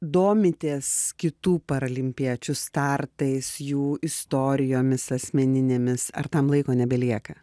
domitės kitų paralimpiečių startais jų istorijomis asmeninėmis ar tam laiko nebelieka